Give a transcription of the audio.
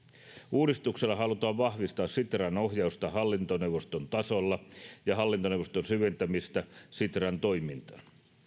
uudistuksella halutaan vahvistaa sitran ohjausta hallintoneuvoston tasolla ja hallintoneuvoston syventämistä sitran toimintaan